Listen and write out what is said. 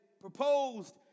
proposed